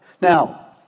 Now